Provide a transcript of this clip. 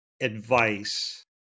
advice